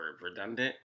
redundant